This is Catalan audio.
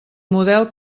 model